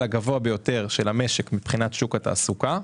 הגבוה ביותר של המשק מבחינת שוק התעסוקה.